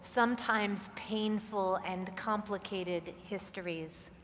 sometimes painful, and complicated histories.